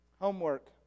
Homework